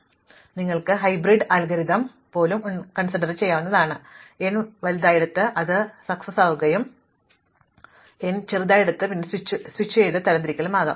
അതിനാൽ നിങ്ങൾക്ക് hybrid algorithm പോലും ഉണ്ടായിരിക്കാം നിങ്ങൾ വിഭജനം ഉപയോഗിക്കുകയും n വലുതായിടത്ത് ജയിക്കുകയും തുടർന്ന് n ചെറുതായിത്തീരുകയും പിന്നീട് നിങ്ങൾ സ്വിച്ചുചെയ്യുന്നത് തരം തിരിക്കലായിരിക്കാം